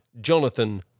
Jonathan